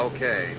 Okay